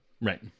right